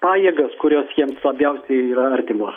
pajėgas kurios jiems labiausiai yra artimos